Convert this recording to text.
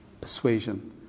persuasion